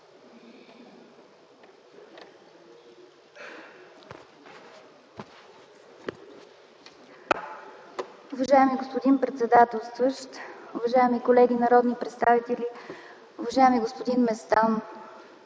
Уважаеми господин председателстващ, уважаеми колеги народни представители, уважаеми господин Местан!